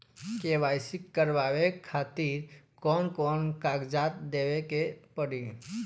KYC करवावे खातिर कौन कौन कागजात देवे के पड़ी?